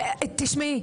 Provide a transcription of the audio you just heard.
תשמעי,